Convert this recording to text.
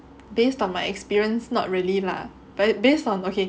based on my experience not really lah but based on okay